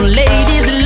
ladies